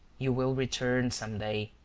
you will return some day,